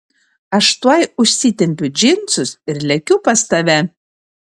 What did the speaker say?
aš tuoj užsitempiu džinsus ir lekiu pas tave